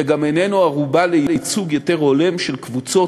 וגם אינו ערובה לייצוג יותר הולם של קבוצות,